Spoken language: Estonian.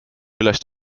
üles